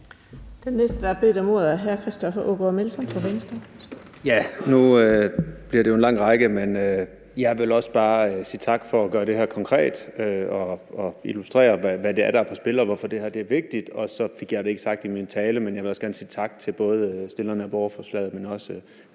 Den næste, der har bedt om ordet, er hr. Christoffer Aagaard Melson fra Venstre. Kl. 12:46 Christoffer Aagaard Melson (V): Nu bliver jeg jo en mere i en lang række, men jeg vil også bare sige tak for at gøre det her konkret og illustrere, hvad det er, der er på spil, og hvorfor det her er vigtigt. Og så fik jeg det ikke gjort i min tale, men jeg vil også gerne sige tak til både stillerne af borgerforslaget, men også